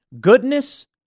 Goodness